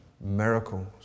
miracles